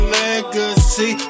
legacy